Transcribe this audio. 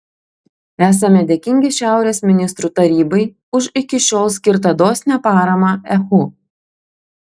esame dėkingi šiaurės ministrų tarybai už iki šiol skirtą dosnią paramą ehu